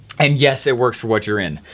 and yes, it works for what you're in.